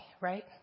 right